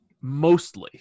Mostly